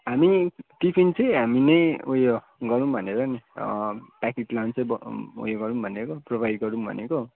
हामी टिफिन चाहिँ हामी नै उयो गरौँ भनेर नि प्याकेट लञ्च नै उयो गरौँ भनेको प्रोभाइड गरौँ भनेको